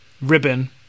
ribbon